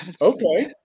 Okay